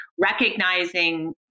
recognizing